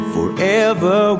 Forever